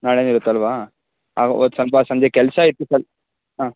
ನಾಳೆನೂ ಇರುತ್ತಲ್ವ ಅವು ಸ್ವಲ್ಪ ಸಂಜೆ ಕೆಲಸ ಇತ್ತು ಸರ್ ಹಾಂ